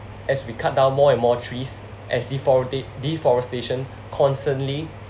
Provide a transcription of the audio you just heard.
as we cut down more and more trees as deforesta~ deforestation constantly